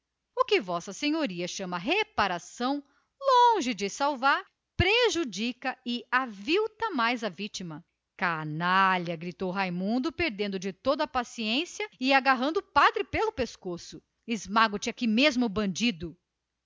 o que v s a chama reparação longe de salvar prejudicaria e aviltaria ainda mais a vítima canalha gritou raimundo perdendo de todo a paciência e agarrando o padre pelo pescoço esmago te aqui mesmo bandido